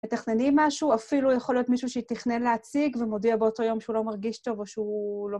מתכננים משהו, אפילו יכול להיות מישהו שתכנן להציג ומודיע באותו יום שהוא לא מרגיש טוב או שהוא לא...